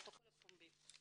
הפרוטוקול הוא פומבי.